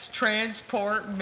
transport